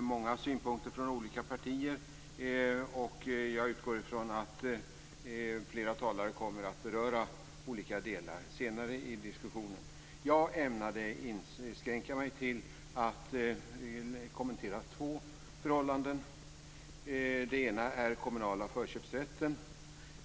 många synpunkter från olika partier, och jag utgår från att flera talare kommer att beröra olika delar senare i diskussionen. Jag ämnar inskränka mig till att kommentera två förhållanden. Det ena är den kommunala förköpsrätten.